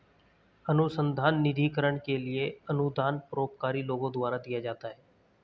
अनुसंधान निधिकरण के लिए अनुदान परोपकारी लोगों द्वारा दिया जाता है